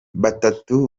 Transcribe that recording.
batatu